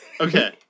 Okay